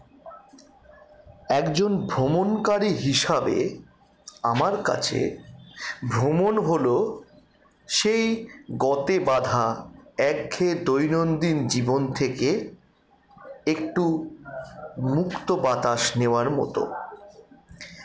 একজন ভ্রমণকারী হিসাবে আমার কাছে ভ্রমণ হল সেই গতে বাঁধা একঘেয়ে দৈনন্দিন জীবন থেকে একটু মুক্ত বাতাস নেওয়ার মত